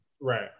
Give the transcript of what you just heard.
Right